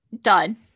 Done